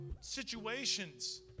situations